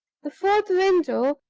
the fourth window,